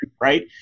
right